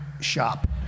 shop